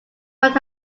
might